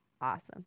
awesome